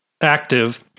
active